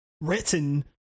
written